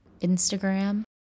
Instagram